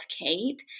Kate